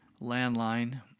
landline